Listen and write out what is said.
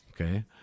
Okay